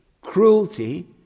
cruelty